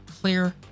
clear